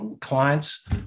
clients